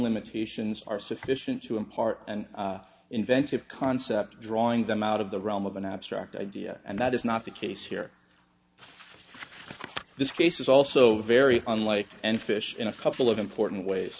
limitations are sufficient to impart an inventive concept drawing them out of the realm of an abstract idea and that is not the case here this case is also very unlike and fish in a couple of important ways